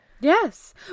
Yes